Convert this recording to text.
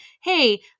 hey